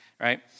right